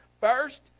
First